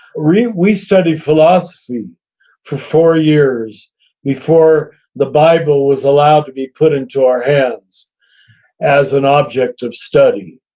we we studied philosophy for four years before the bible was allowed to be put into our hands as an object of study.